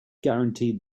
guaranteed